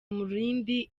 umurindi